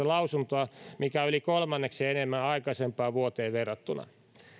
lausuntoa mikä on yli kolmanneksen enemmän aikaisempaan vuoteen verrattuna